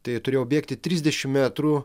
tai turėjau bėgti trisdešimt metrų